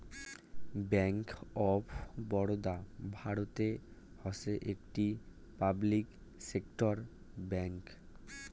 bank of Baroda ভারতের হসে একটি পাবলিক সেক্টর ব্যাঙ্ক